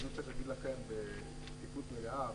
אני רוצה להגיד לכם בשקיפות מלאה,